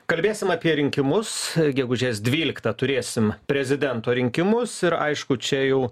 kalbėsim apie rinkimus gegužės dvyliktą turėsim prezidento rinkimus ir aišku čia jau